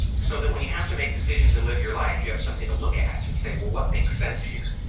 so that when you have to make decisions and live your life, you have something to look at, and say, well, what makes sense here?